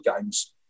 games